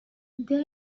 there